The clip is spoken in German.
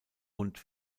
und